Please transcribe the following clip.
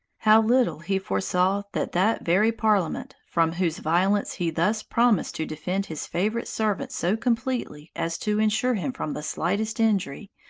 how little he foresaw that that very parliament, from whose violence he thus promised to defend his favorite servant so completely as to insure him from the slightest injury,